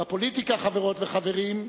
בפוליטיקה, חברות וחברים,